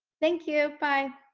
thank you. bye!